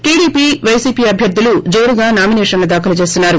TDP YCP అభ్యర్లులు జోరుగా నామినేషన్లు ్దాఖలు చేస్తున్నారు